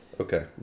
Okay